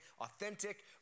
authentic